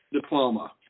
diploma